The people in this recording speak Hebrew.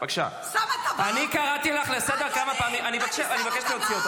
אני קראתי אותך לסדר פעם שלישית --- תירגע,